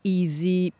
easy